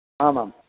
आम् आम्